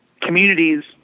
communities